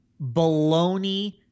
baloney